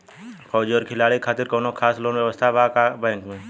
फौजी और खिलाड़ी के खातिर कौनो खास लोन व्यवस्था बा का बैंक में?